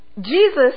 Jesus